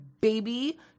baby